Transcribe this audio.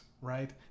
right